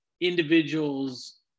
individuals